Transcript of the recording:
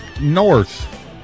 North